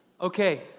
Okay